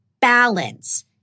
balance